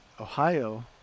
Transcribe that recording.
ohio